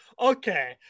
okay